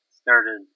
started